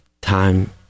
time